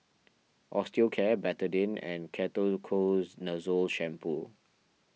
Osteocare Betadine and Ketoconazole Shampoo